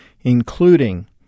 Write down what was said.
including